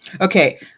Okay